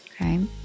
okay